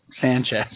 Sanchez